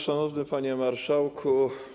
Szanowny Panie Marszałku!